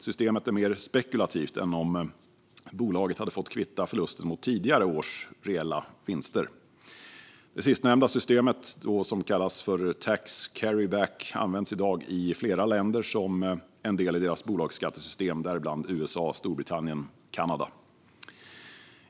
Systemet är alltså mer spekulativt än om bolaget hade fått kvitta förlusten mot tidigare års reella vinster. Det sistnämnda systemet, som kallas carry-back, används i dag i flera länder som en del i deras bolagsskattesystem, däribland USA, Storbritannien och Kanada.